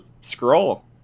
Scroll